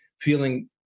feeling